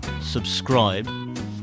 subscribe